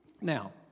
Now